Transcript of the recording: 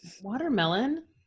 Watermelon